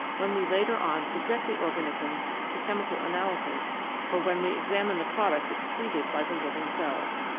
when we later on subject the organism to chemical analysis or when we examine the products excreted by the living cells.